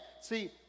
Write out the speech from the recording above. See